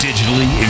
Digitally